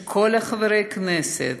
שבו כל חברי הכנסת,